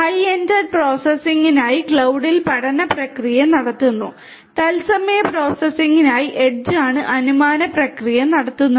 high end പ്രോസസ്സിംഗിനായി ക്ലൌഡിൽ പഠന പ്രക്രിയ നടത്തുന്നു തത്സമയ പ്രോസസ്സിംഗിനായി എഡ്ജ്ലാണ് അനുമാന പ്രക്രിയ നടത്തുന്നത്